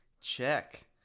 Check